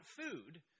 food